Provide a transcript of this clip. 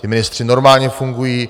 Ti ministři normálně fungují.